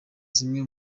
zimwe